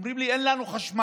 שאומרים לי: אין לנו חשמל,